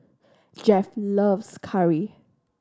Jeff loves curry